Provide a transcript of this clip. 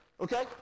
Okay